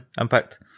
Impact